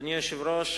אדוני היושב-ראש,